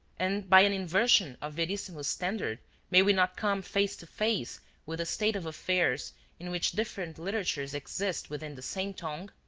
and by an inversion of verissimo's standard may we not come face to face with a state of affairs in which different literatures exist within the same tongue?